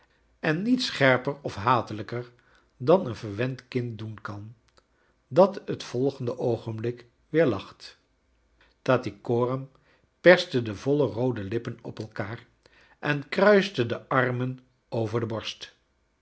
en niet scherper of hatelijker dan een verwend kind doen kan dat het volgende oogenblik weer lacht tattycoram perste de voile roode lippen op elkaar en kruiste de armen over de borst